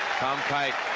tom kite